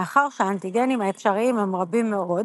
מאחר שהאנטיגנים האפשריים הם רבים מאוד,